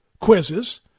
quizzes